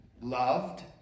loved